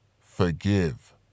forgive